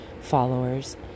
followers